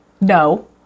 no